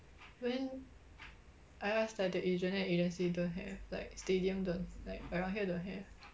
when I ask the agent then the agent said don't have like stadium don't like around here don't have